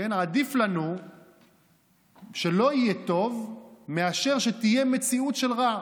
עדיף לנו שלא יהיה טוב מאשר שתהיה מציאות של רע.